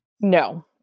No